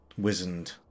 wizened